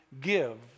give